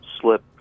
slip